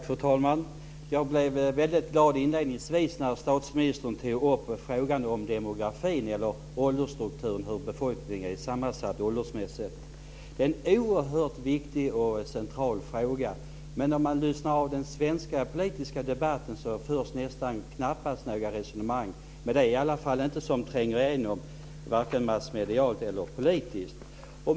Fru talman! Jag blev väldigt glad när statsministern inledningsvis tog upp frågan om demografin, åldersstrukturen, hur befolkningen är sammansatt åldersmässigt. Det är en oerhört viktig och central fråga. Men om man lyssnar av den svenska politiska debatten märker man att det knappast förs några resonemang. Det är i alla fall inte något som tränger igenom vare sig massmedialt eller politiskt.